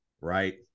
Right